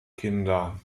kinder